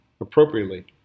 appropriately